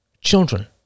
Children